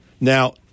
Now